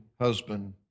husband